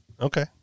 Okay